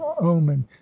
omen